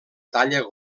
talla